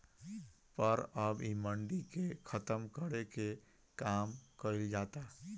पर अब इ मंडी के खतम करे के काम कइल जाता